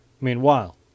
Meanwhile